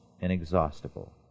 inexhaustible